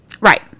right